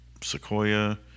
Sequoia